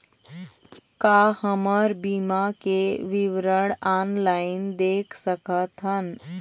का हमर बीमा के विवरण ऑनलाइन देख सकथन?